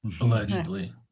allegedly